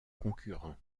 concurrent